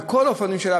בכל האופנים שלה,